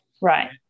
Right